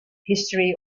history